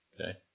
Okay